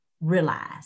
realize